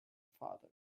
father